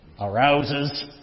arouses